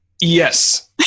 Yes